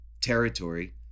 territory